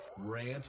Rant